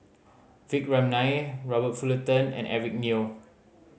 Vikram Nair Robert Fullerton and Eric Neo